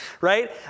right